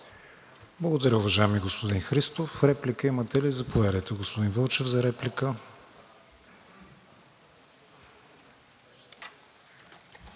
Благодаря, уважаеми господин Христов. Реплика имате ли? Заповядайте, господин Вълчев, за реплика.